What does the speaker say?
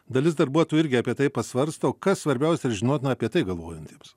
dalis darbuotojų irgi apie tai pasvarsto kas svarbiausia ir žinotina apie tai galvojantiems